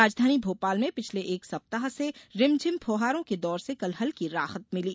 राजघानी भोपाल में पिछले एक सप्ताह से रिमझिम फुहारों के दौर से कल हल्की राहत मिली